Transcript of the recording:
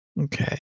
Okay